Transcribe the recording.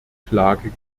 klage